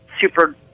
super